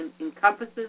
encompasses